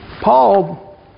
Paul